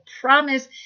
promise